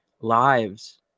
lives